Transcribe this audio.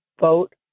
vote